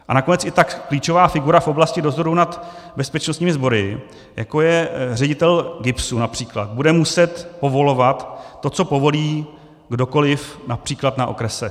A nakonec i tak klíčová figura v oblasti dozoru nad bezpečnostními sbory, jako je ředitel GIBSu například, bude muset povolovat to, co povolí kdokoliv například na okrese.